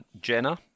Jenna